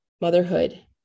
motherhood